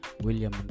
William